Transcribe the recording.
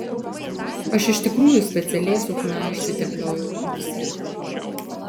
aš iš tikrųjų specialiai su chna išsitepliojau nosį